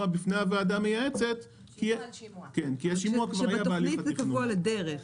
בפני הוועדה המייעצת כי השימוע כבר היה בהליך התכנון.